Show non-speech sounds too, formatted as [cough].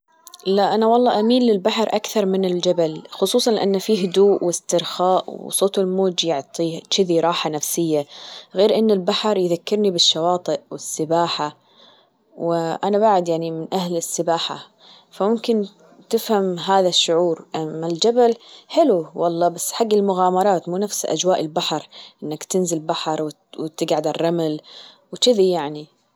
لا أنا والله أميل للبحر [noise] أكثر من الجبل خصوصا أنه في هدوء وإسترخاء وصوت الموج يعطي تشذي راحة نفسية غير إن البحر يذكرني بالشواطئ والسباحة وأنا بعد يعني من أهل السباحة فممكن تفهم هذا الشعور أما الجبل حلو والله بس حق المغامرات مو نفس أجواء البحر إنك تنزل بحر وتجعد على الرمل وتشذي يعني